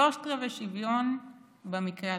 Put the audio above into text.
שלושת רבעי שוויון במקרה הטוב.